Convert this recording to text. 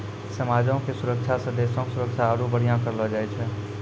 समाजो के सुरक्षा से देशो के सुरक्षा के आरु बढ़िया करलो जाय छै